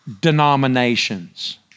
denominations